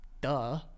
Duh